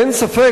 אין ספק,